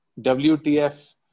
WTF